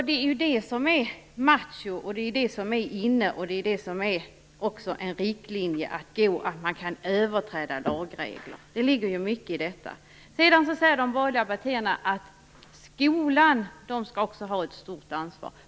Det är de som är macho som är "inne", och det innebär att man kan överträda lagregler. Det är riktlinjen. De borgerliga partierna säger också att skolan skall ha ett stort ansvar.